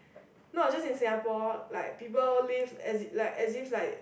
not just in Singapore like people lives as if like as if like